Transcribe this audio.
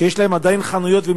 אלה שיש להם עדיין חנויות שם,